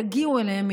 יגיעו אליהם,